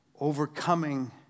Overcoming